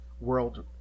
world